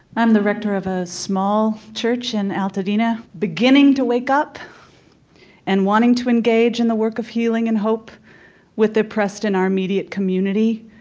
i'm the rector of a small church in altadena, beginning to wake up and wanting to engage in the work of healing and hope with the oppressed in our immediate community.